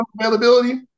Availability